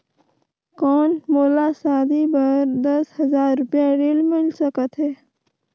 कौन मोला शादी बर दस हजार रुपिया ऋण मिल सकत है?